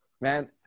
Man